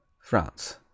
France